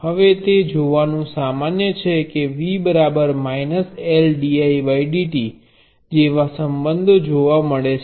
અને તે જોવાનું સામાન્ય છે કે V L dI dt જેવા સંબંધો જોવા મળે છે